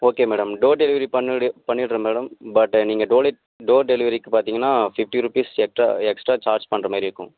okay madam door delivery பண்ணிடு பண்ணிடுறேன் madam but நீங்கள் டோலெட் டோர் டெலிவரிக்கு பார்த்தீங்கனா ஃபிஃப்டி ருப்பீஸ் எக்டா எக்ஸ்ட்டா சார்ஜ் பண்ணுற மாரி இருக்கும்